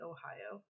Ohio